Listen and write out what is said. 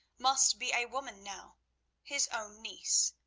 must be a woman now his own niece,